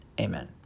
Amen